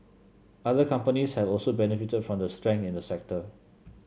other companies have also benefited from the strength in the sector